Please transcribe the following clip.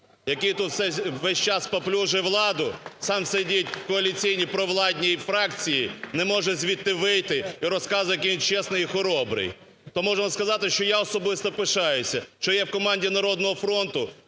який тут весь час паплюжив влади, сам сидить в коаліційній, провладній фракції, не може звідти вийти, і розказує, який він чесний і хоробрий. То можу сам сказати, що я особисто пишаюся, що я в команді "Народного фронту",